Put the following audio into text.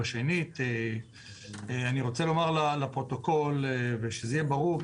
אני רוצה לומר לפרוטוקול ושזה יהיה ברור,